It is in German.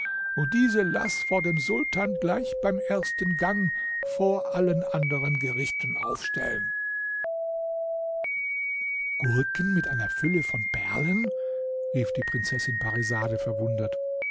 und diese laß vor dem sultan gleich beim ersten gang vor allen anderen gerichten aufstellen gurken mit einer fülle von perlen rief die prinzessin parisade verwundert